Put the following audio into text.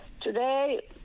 Today